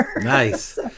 nice